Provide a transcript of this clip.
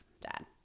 dad